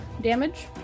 damage